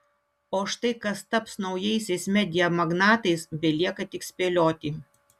o štai kas taps naujaisiais media magnatais belieka tik spėlioti